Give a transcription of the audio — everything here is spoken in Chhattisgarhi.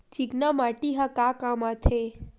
चिकना माटी ह का काम आथे?